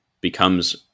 becomes